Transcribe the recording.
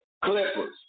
Clippers